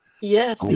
Yes